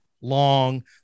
long